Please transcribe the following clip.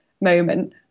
moment